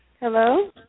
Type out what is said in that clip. Hello